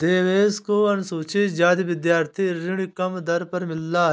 देवेश को अनुसूचित जाति विद्यार्थी ऋण कम दर पर मिला है